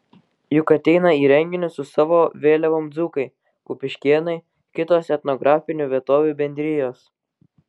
juk ateina į renginius su savo vėliavom dzūkai kupiškėnai kitos etnografinių vietovių bendrijos